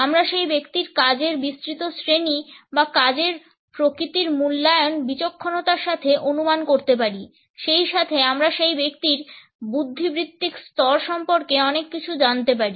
আমরা সেই ব্যক্তির কাজের বিস্তৃত শ্রেণী বা কাজের প্রকৃতির মূল্যায়ন বিচক্ষণতার সাথে অনুমান করতে পারি সেইসাথে আমরা সেই ব্যক্তির বুদ্ধিবৃত্তিক স্তর সম্পর্কে অনেক কিছু জানতে পারি